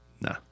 Nah